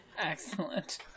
excellent